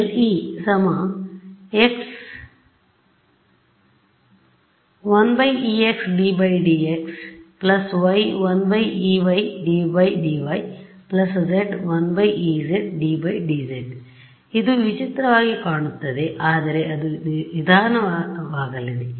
∇e ≡ xˆ 1ex ∂∂x yˆ 1ey ∂∂y zˆ 1ez ∂∂z ಇದು ವಿಚಿತ್ರವಾಗಿ ಕಾಣುತ್ತದೆ ಆದರೆ ಅದು ವಿಧಾನವಾಗಲಿದೆ